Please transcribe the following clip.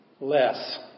less